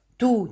tu